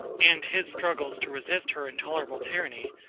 and his struggles to resist her intolerable tyranny,